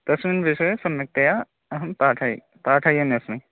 तस्मिन् विषये सम्यक्तया अहं पाठये पाठयन्नस्मि